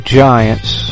giants